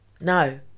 No